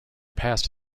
passed